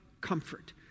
comfort